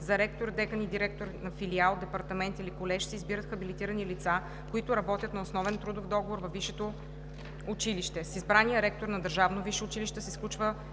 За ректор, декан и директор на филиал, департамент или колеж се избират хабилитирани лица, които работят на основен трудов договор във висшето училище. С избрания ректор на държавно висше училище се сключва